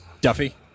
Duffy